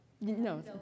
no